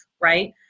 right